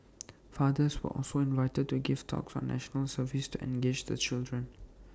fathers were also invited to give talks on National Service to engage the children